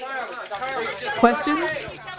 Questions